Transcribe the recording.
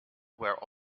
where